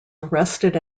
arrested